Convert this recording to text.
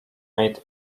made